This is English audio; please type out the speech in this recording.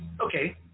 Okay